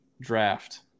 draft